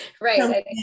right